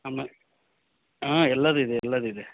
ಆಮೇಲೆ ಹಾಂ ಎಲ್ಲದು ಇದೆ ಎಲ್ಲದು ಇದೆ